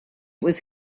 was